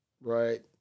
right